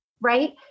right